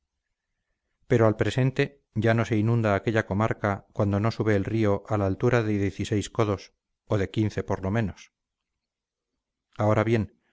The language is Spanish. pero al presente ya no se inunda aquella comarca cuando no sube el río a la altura de dieciséis codos o de quince por lo menos ahora bien